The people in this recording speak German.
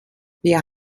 wir